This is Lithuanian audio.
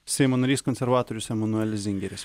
seimo narys konservatorius emanuelis zingeris